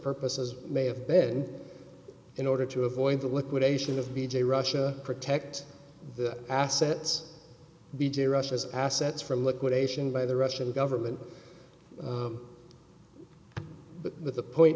purposes may have been in order to avoid the liquidation of b j russia protect the assets b j russia's assets from liquidation by the russian government but the point